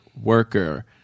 worker